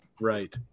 Right